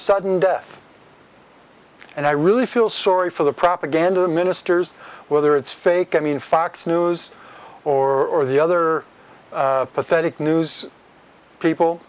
sudden death and i really feel sorry for the propaganda ministers whether it's fake i mean fox news or the other pathetic news people